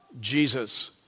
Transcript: Jesus